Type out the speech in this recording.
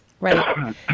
right